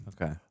Okay